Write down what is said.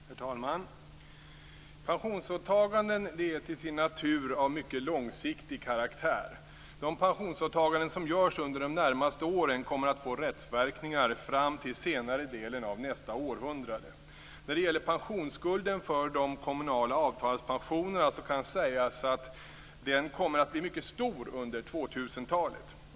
Herr talman! Pensionsåtaganden är till sin natur av mycket långsiktig karaktär. De pensionsåtaganden som görs under de närmaste åren kommer att få rättsverkningar fram till senare delen av nästa århundrade. När det gäller pensionsskulden för de kommunala avtalspensionerna kan sägas att den kommer att bli mycket stor under 2000-talet.